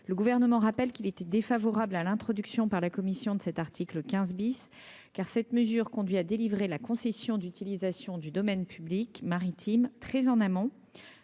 le gouvernement rappelle qu'il était défavorable à l'introduction par la commission de cet article 15 bis, car cette mesure conduit à délivrer la concession d'utilisation du domaine public maritime très en amont,